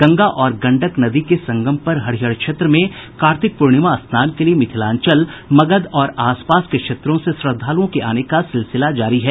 गंगा और गंडक नदी के संगम पर हरिहर क्षेत्र में कार्तिक पूर्णिमा स्नान के लिये मिथिलांचल मगध और आसपास के क्षेत्रों से श्रद्वालुओं के आने का सिलसिला जारी है